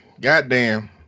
goddamn